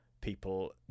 people